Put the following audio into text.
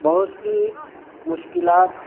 بہت سی مشکلات